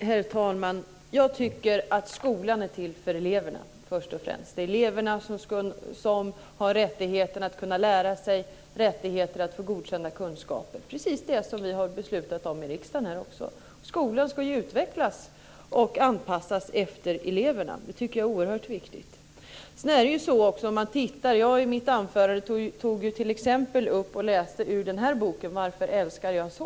Herr talman! Skolan är först och främst till för eleverna. Det är eleverna som har rättigheten att kunna lära sig saker och rättigheten att få godkända kunskaper - alltså precis det som vi har beslutat om här i riksdagen. Skolan ska ju utvecklas och anpassas efter eleverna. Det tycker jag är oerhört viktigt. I ett anförande tidigare i dag läste jag ur boken Varför älskar jag så?